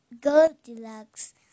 Goldilocks